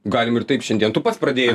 galim ir taip šiandien tu pats pradėjai